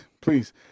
please